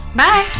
Bye